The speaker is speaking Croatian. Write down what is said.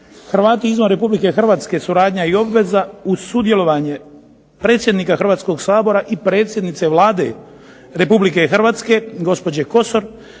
"Hrvati izvan Republike Hrvatske suradnja i obveza" uz sudjelovanje predsjednika Hrvatskog sabora i predsjednice Vlade Republike Hrvatske gospođe Kosor,